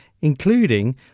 including